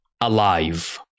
alive